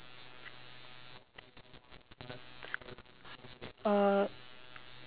uh